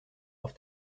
auf